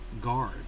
guard